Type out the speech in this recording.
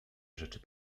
rzeczy